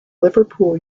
liverpool